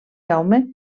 jaume